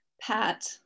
Pat